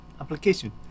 application